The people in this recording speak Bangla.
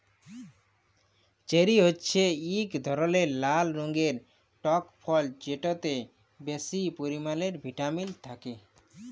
চেরি হছে ইক ধরলের লাল রঙের টক ফল যেটতে বেশি পরিমালে ভিটামিল থ্যাকে